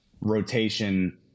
rotation